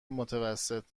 متوسط